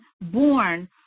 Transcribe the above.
born